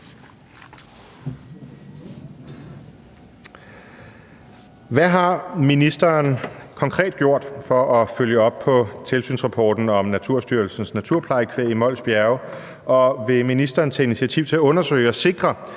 Hvad har ministeren konkret gjort for at følge op på tilsynsrapporten om Naturstyrelsens naturplejekvæg i Mols Bjerge, og vil ministeren tage initiativ til at undersøge og sikre,